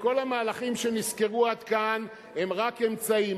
וכל המהלכים שנזכרו עד כאן הם רק אמצעים.